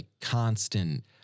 constant